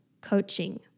coaching